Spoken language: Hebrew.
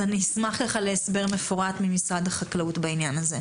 אני אשמח להסבר מפורט ממשרד החקלאות בעניין הזה.